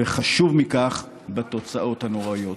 וחשוב מכך, בתוצאות הנוראיות.